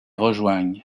rejoignent